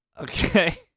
Okay